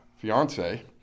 fiance